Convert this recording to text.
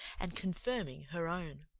and confirming her own.